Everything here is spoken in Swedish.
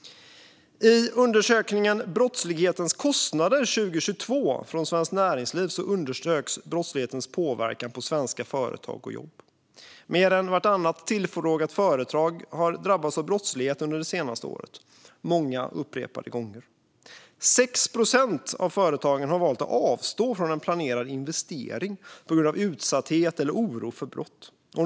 I undersökningen Brottslighetens kostnader 2022 från Svenskt Näringsliv undersöks brottslighetens påverkan på svenska företag och jobb. Mer än vartannat tillfrågat företag har drabbats av brottslighet under det senaste året, många upprepade gånger. 6 procent av företagen har valt att avstå från en planerad investering på grund av utsatthet eller oro för brott.